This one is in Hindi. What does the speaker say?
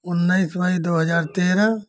उन्नीस मई दो हजार तेरह